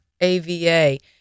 AVA